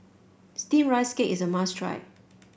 steamed Rice Cake is a must try